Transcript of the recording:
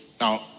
now